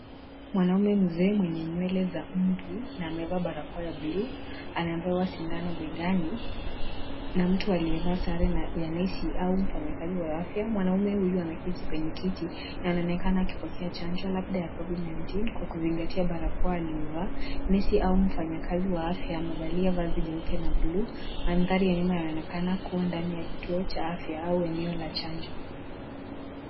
Mwanaume mzee mwenye nywele za mvi na amevaa barakoa ya buluu anapewa sindano begani na mtu aliyevaa sare ya nesi au mfanyakazi wa afya. Mwanaume huyu ameketi kwenye kiti na anaonekana akipokea chanjo labda ya COVID-19 kwa kuzingatia barakoa aliyovaa. Nesi au mfanyakazi wa afya amevalia vazi jeupe na buluu. Mandhari ya nyuma yanaonekana kuwa ndani ya kituo cha afya au eneo la chanjo.